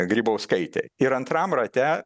grybauskaitė ir antram rate